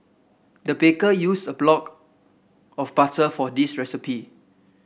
the baker used a block of butter for this recipe